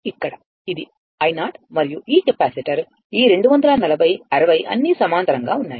ఇక్కడ ఇది i0 మరియు ఈ కెపాసిటర్ ఈ 240 60 అన్నీ సమాంతరంగా గా ఉన్నాయి